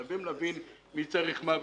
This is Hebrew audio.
חייבים להבין מי צריך מה,